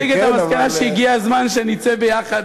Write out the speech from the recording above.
חשבתי שתסיק את המסקנה שהגיע הזמן שנצא יחד